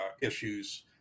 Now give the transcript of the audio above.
issues